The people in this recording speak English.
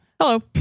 Hello